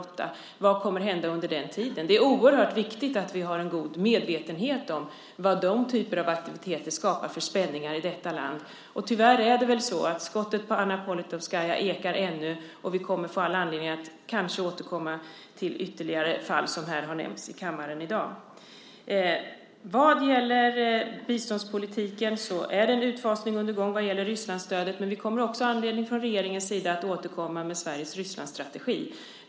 Frågan är vad som kommer att hända under tiden, och därför är det oerhört viktigt att vi är väl medvetna om vilka spänningar den typen av aktiviteter skapar i landet. Tyvärr ekar skottet på Anna Politkovskaja ännu, och vi kommer säkert att få anledning att återkomma till ytterligare fall som nämnts i kammaren i dag. Beträffande biståndspolitiken är en utfasning på gång vad gäller Rysslandsstödet, och vi kommer från regeringens sida att få anledning att återkomma med Sveriges Rysslandsstrategi.